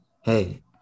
hey